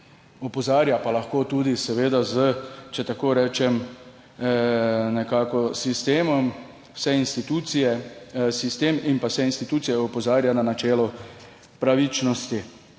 Opozarja pa lahko tudi seveda, če tako rečem, s sistemom vse institucije. Sistem in pa vse institucije opozarja na načelo pravičnosti.